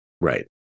Right